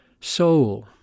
soul